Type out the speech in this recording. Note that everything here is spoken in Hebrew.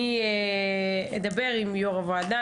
אני אדבר עם יו"ר הוועדה,